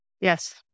Yes